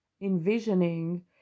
envisioning